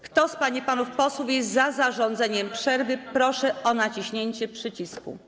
Kto z pań i panów posłów jest za zarządzeniem przerwy, proszę o naciśnięcie przycisku.